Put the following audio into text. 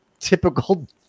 typical